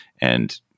And-